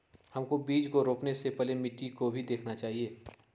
हमको बीज को रोपने से पहले मिट्टी को भी देखना चाहिए?